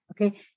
Okay